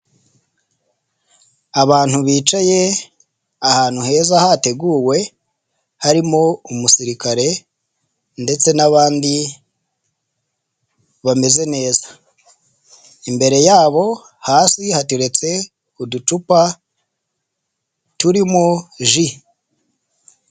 Abantu bicaye ahantu heza hateguwe harimo umusirikare ndetse n'abandi bameze neza, imbere yabo hasi haturetse uducupa turimo ji.